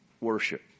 worship